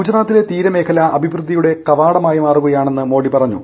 ഗുജറാത്തിലെ തീരദേശമേഖല അഭിവൃദ്ധിയുടെ കവാടമായി മാറുകയാണെന്ന് മോദി പറഞ്ഞു